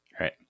Right